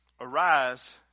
Arise